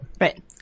Right